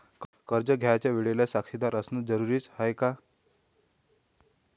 कर्ज घ्यायच्या वेळेले साक्षीदार असनं जरुरीच हाय का?